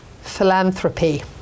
philanthropy